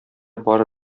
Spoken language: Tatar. бары